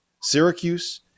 syracuse